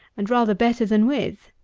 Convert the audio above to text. and rather better than with.